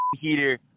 heater